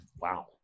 Wow